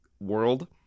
world